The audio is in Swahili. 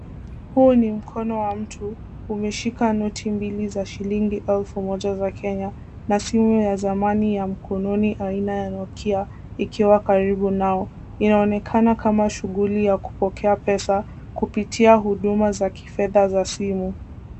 Huu ni mkono wa mtu, umeshika noti mbili za shilingi elfu moja za Kenya, na simu ya zamani ya mkononi aina ya Nokia ikiwa karibu nao. Inaonekana kama shughuli ya kupokea pesa, kupitia huduma za kifedha za simu.